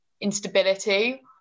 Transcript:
instability